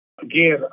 again